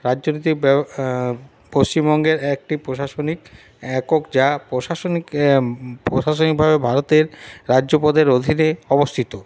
রাজনৈতিক পশ্চিমবঙ্গের একটি প্রশাসনিক একক যা প্রশাসনিক প্রশাসনিকভাবে ভারতের রাজ্যপদের অধীনে অবস্থিত